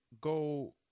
go